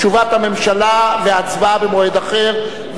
תשובת הממשלה והצבעה במועד אחר,